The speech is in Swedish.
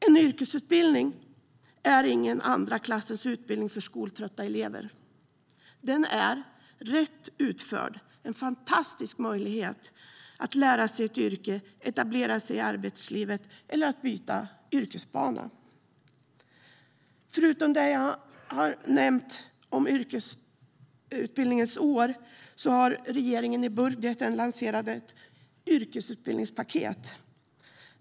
En yrkesutbildning är ingen andra klassens utbildning för skoltrötta elever. Den är, rätt utförd, en fantastisk möjlighet att lära sig ett yrke, etablera sig i arbetslivet eller att byta yrkesbana. Förutom det jag har nämnt om yrkesutbildningens år har regeringen i budgeten lanserat ett yrkesutbildningspaket.